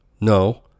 No